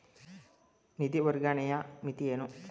ನಿಧಿ ವರ್ಗಾವಣೆಯ ಮಿತಿ ಏನು?